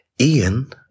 Ian